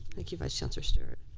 thank you vice chancellor stewart.